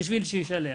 בשביל שישלם.